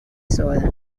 soda